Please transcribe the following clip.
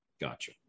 Gotcha